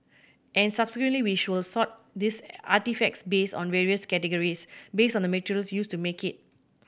and subsequently we sort these artefacts based on various categories based on the materials used to make it